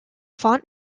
font